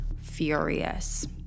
furious